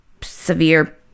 severe